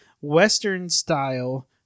Western-style